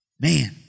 Man